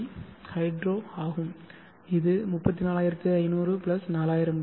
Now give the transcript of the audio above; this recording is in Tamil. சி ஹைட்ரோ ஆகும் இது 34500 4000d 7